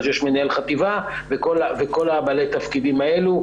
אז יש מנהל חטיבה וכל בעלי התפקידים האלו.